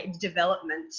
development